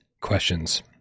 questions